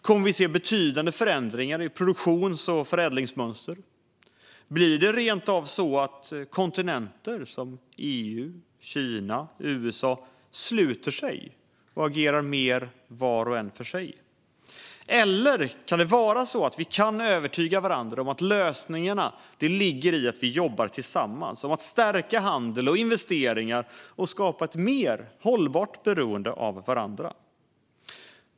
Kommer vi att se betydande förändringar i produktions och förädlingsmönster? Kommer det rent av att bli så att kontinenter, som Europa, Kina och USA, kommer att sluta sig och agera mer var och en för sig? Eller kan vi övertyga varandra om att lösningarna ligger i att jobba tillsammans genom att stärka handel och investeringar och skapa ett mer hållbart beroende av varandra?